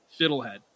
fiddlehead